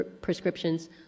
prescriptions